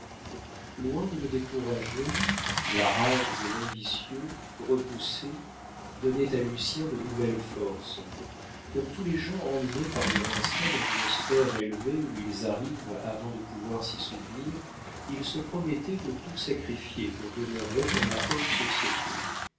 loin de le décourager la rage de l'ambitieux repoussé donnait à lucien de nouvelles forces comme tous les gens emmenés par leur instinct dans une sphère élevée où ils arrivent avant de pouvoir s'y soutenir il se promettait de tout sacrifier pour demeurer dans la haute société